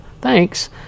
thanks